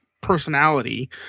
personality